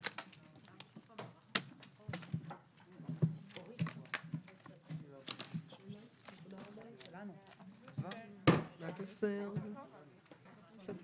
13:30.